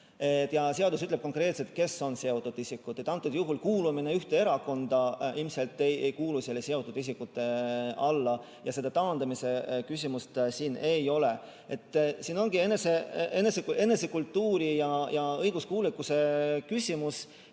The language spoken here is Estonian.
Ja seadus ütleb konkreetselt, kes on seotud isikud. Antud juhul kuulumine ühte erakonda ilmselt ei käi seotud isikute [klausli] alla ja taandamise küsimust siin ei ole. Siin ongi enesekultuuri ja õiguskuulekuse küsimus,